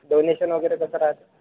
donation वगैरे कसं राहतं